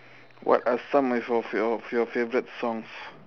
what are some of your of your favorite songs